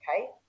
okay